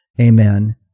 Amen